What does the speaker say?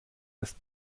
ist